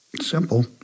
simple